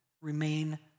remain